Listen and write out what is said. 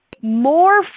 more